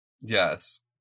Yes